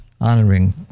honoring